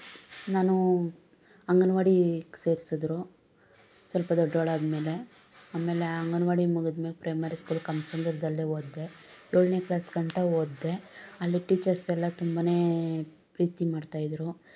ನಾನು ಅಂಗನ್ವಾಡಿಗೆ ಸೇರ್ಸಿದ್ರು ಸ್ವಲ್ಪ ದೊಡ್ಡೋಳು ಆದಮೇಲೆ ಆಮೇಲೆ ಅಂಗನ್ವಾಡಿ ಮುಗಿದ ಮ್ಯಾಗೆ ಪ್ರೈಮರಿ ಸ್ಕೂಲ್ ಕಮ್ಮಸಂದ್ರದಲ್ಲೇ ಓದ್ದೆ ಏಳ್ನೇ ಕ್ಲಾಸ್ ಗಂಟ ಓದ್ದೆ ಅಲ್ಲಿ ಟೀಚಸ್ ಎಲ್ಲ ತುಂಬಾನೇ ಪ್ರೀತಿ ಮಾಡ್ತಾ ಇದ್ರು